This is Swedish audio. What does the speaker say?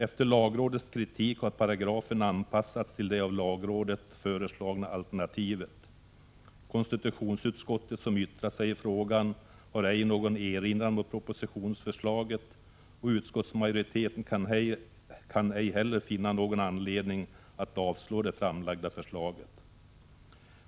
Efter lagrådets kritik har paragrafen anpassats till det av lagrådet föreslagna alternativet. Konstitutionsutskottet, som yttrat sig i frågan, har ej någon erinran mot propositionsförslaget. Utskottsmajoriteten kan ej heller finna någon anledning att avstyrka det framlagda förslaget.